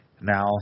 Now